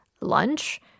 lunch